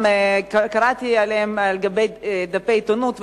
קראתי עליהם בעיתונות,